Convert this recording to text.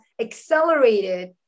accelerated